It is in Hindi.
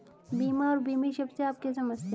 बीमा और बीमित शब्द से आप क्या समझते हैं?